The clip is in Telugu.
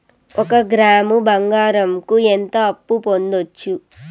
ఒక గ్రాము బంగారంకు ఎంత అప్పు పొందొచ్చు